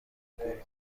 گول